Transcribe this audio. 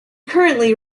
currently